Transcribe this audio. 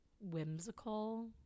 whimsical